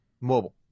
mobile